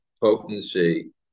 potency